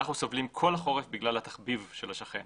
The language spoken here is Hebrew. אנחנו סובלים כל החורף בגלל התחביב של השכן.